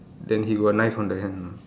then he got knife on the hand or not